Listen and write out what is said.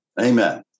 Amen